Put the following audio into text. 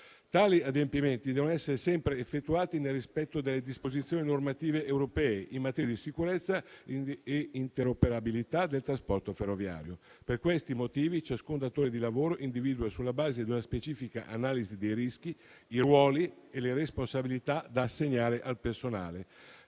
Tali adempimenti devono essere sempre effettuati nel rispetto delle disposizioni normative europee in materia di sicurezza e interoperabilità del trasporto ferroviario. Per questi motivi, ciascun datore di lavoro individua, sulla base di una specifica analisi dei rischi, i ruoli e le responsabilità da assegnare al personale,